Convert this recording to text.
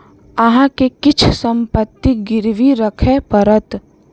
अहाँ के किछ संपत्ति गिरवी राखय पड़त